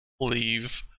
leave